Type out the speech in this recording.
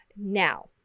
Now